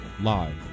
live